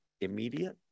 immediate